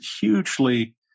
hugely